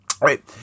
Right